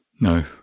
No